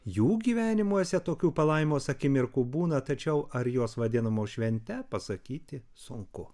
jų gyvenimuose tokių palaimos akimirkų būna tačiau ar jos vadinamos švente pasakyti sunku